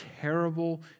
terrible